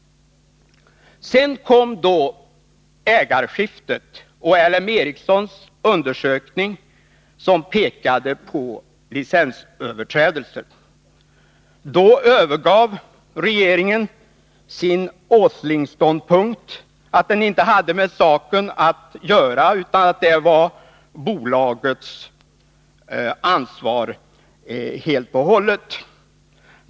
Sedan kom då ägarskiftet och LM Ericssons undersökning, som pekade på licensöverträdelser. Då övergav regeringen den Åslingska ståndpunkten att den inte hade med saken att göra, utan att det var bolaget som helt och hållet hade ansvaret.